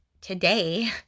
today